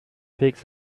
pigs